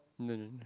no no no no